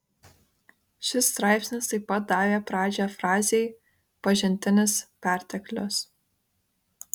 šis straipsnis taip pat davė pradžią frazei pažintinis perteklius